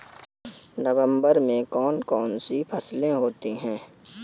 नवंबर में कौन कौन सी फसलें होती हैं?